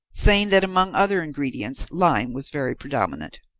saying that among other ingredients lime was very predominant.